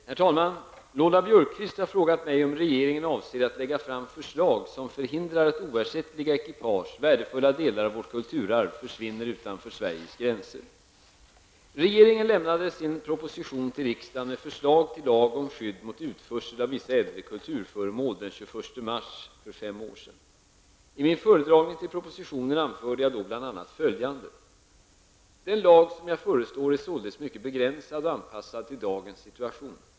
Herr talman! Lola Björkquist har frågat mig om regeringen avser att lägga fram förslag som förhindrar att oersättliga ekipage, värdefulla delar av vårt kulturarv, försvinner utanför Sveriges gränser. 1985/86:7, rskr. 76) den 21 mars 1985. I min föredragning till propositionen anförde jag då bl.a. ''Den lag som jag föreslår är således mycket begränsad och anpassad till dagens situation.